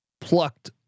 plucked